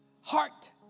Heart